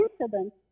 incident